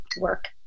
work